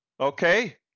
okay